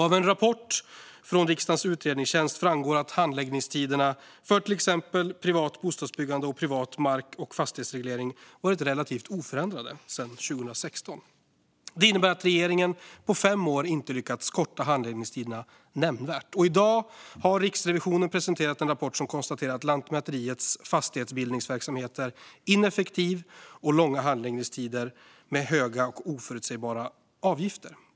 Av en rapport från riksdagens utredningstjänst framgår att handläggningstiderna för till exempel privat bostadsbyggande och privat mark och fastighetsreglering varit relativt oförändrade sedan 2016. Det innebär att regeringen på fem år inte har lyckats korta handläggningstiderna nämnvärt. I dag har Riksrevisionen presenterat en rapport som konstaterar att Lantmäteriets fastighetsbildningsverksamhet är ineffektiv med långa handläggningstider och höga oförutsägbara avgifter.